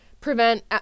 prevent